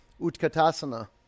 Utkatasana